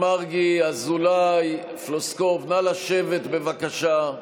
מרגי, אזולאי, פלוסקוב, נא לשבת, בבקשה.